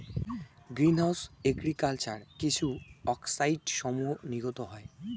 green house agriculture কিছু অক্সাইডসমূহ নির্গত হয়